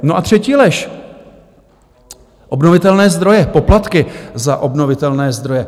No a třetí lež: obnovitelné zdroje, poplatky za obnovitelné zdroje.